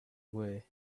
away